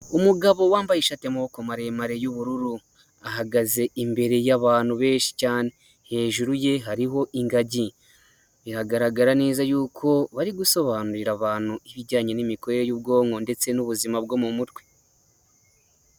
Umugabo wambaye ishati'amaboko maremare yu'ubururu, ahagaze imbere y'abantu benshi cyane hejuru ye hariho ingagi, bihagaragara neza yuko bari gusobanurira abantu ibijyanye n'imikorere y'ubwonko ndetse n'ubuzima bwo mu mutwe.